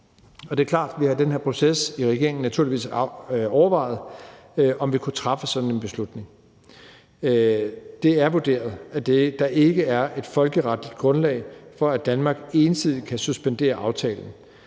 Det er klart, at vi i regeringen i den her proces naturligvis har overvejet, om vi kunne træffe sådan en beslutning. Det er vurderet, at der ikke er et folkeretligt grundlag for, at Danmark ensidigt kan suspendere aftalen.